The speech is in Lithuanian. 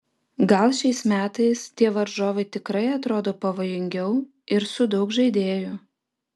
gal šiais metais tie varžovai tikrai atrodo pavojingiau ir su daug žaidėjų